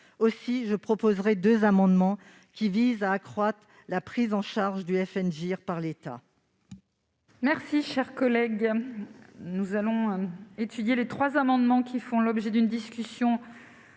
pourquoi je proposerai deux amendements visant à accroître la prise en charge du FNGIR par l'État.